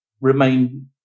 remain